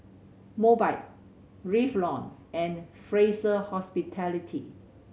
Mobike Revlon and Fraser Hospitality